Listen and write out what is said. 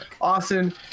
Austin